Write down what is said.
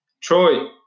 Troy